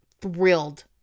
thrilled